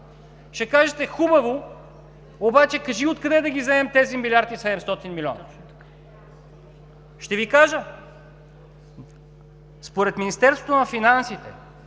Ще кажете: „Хубаво, обаче кажи откъде да ги вземем тези милиард и 700 млн. лв.?“ Ще Ви кажа: според Министерството на финансите